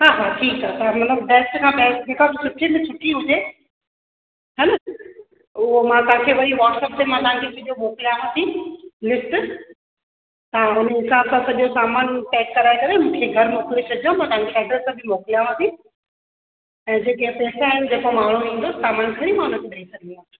हा हा ठीकु आहे मतिलब बेस्ट खां बेस्ट जेका बि सुठे में सुठी हुजे हा न उओ मां तव्हांखे वरी व्हाटसप ते मां तव्हांखे सॼो मोकिलियाव थी लिस्ट हा हुन हिसाब सां सॼो सामान पैक कराइ करे मूंखे घर मोकिले छॾिजो मां तव्हांखे एड्रेस बि मोकिलियाव थी ऐं जेके पैसा आहिनि जेका माण्हू ईंदो सामान खणी मां उनखे ॾेई छॾिंदी